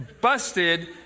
busted